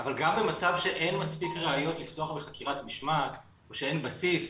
אבל גם במצב שאין מספיק ראיות לפתוח בחקירת משמעת או שאין בסיס,